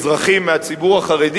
אזרחים מהציבור החרדי,